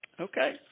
Okay